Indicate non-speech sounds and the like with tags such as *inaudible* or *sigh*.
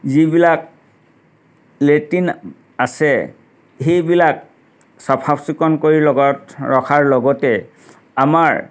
যিবিলাক লেট্ৰিন *unintelligible* আছে সেইবিলাক চফা চিকুণ কৰি লগত ৰখাৰ লগতে আমাৰ